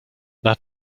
nach